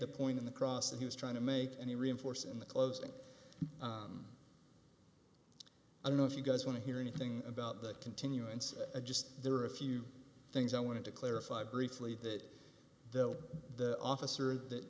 the point in the cross that he was trying to make any reinforce in the closing i don't know if you guys want to hear anything about that continuance a just there are a few things i wanted to clarify briefly that though the officer that